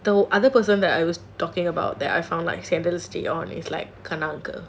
the other person that I was talking about that I found like samuel stay on is like கனவுகள்:kanavugal